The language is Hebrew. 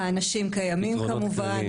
האנשים קיימים כמובן.